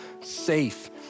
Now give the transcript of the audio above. safe